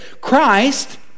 Christ